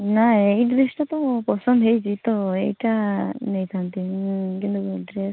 ନା ଏଇ ଡ୍ରେସ୍ଟା ତ ମୋ ପସନ୍ଦ ହେଇଛି ତ ଏଇଟା ନେଇଥାନ୍ତି ମୁଁ କିନ୍ତୁ ଡ୍ରେସ୍